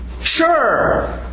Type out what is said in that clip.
Sure